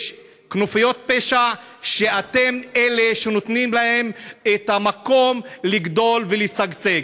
יש כנופיות פשע שאתם אלה שנותנים להם את המקום לגדול ולשגשג.